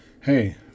Hey